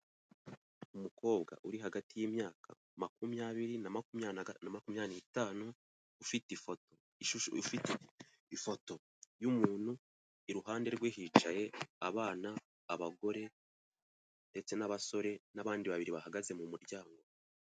Umukobwa uri hagati y'imyaka makumyabiri na makumyabiri n'itanu, ufite ifoto y'umuntu, iruhande rwe hicaye: abana, abagore ndetse n' abasore n'abandi babiri bahagaze mu muryango.